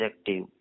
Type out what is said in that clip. active